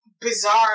bizarre